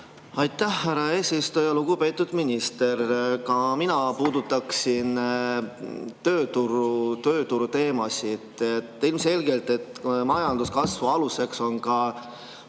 Aitäh, härra eesistuja! Lugupeetud minister! Ka mina puudutaksin tööturuteemat. Ilmselgelt on majanduskasvu aluseks ka